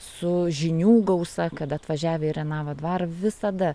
su žinių gausa kad atvažiavę į renavo dvarą visada